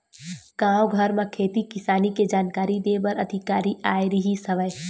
गाँव घर म खेती किसानी के जानकारी दे बर अधिकारी आए रिहिस हवय